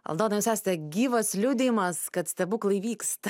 aldona jūs esate gyvas liudijimas kad stebuklai vyksta